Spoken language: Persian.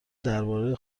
درباره